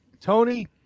tony